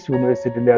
University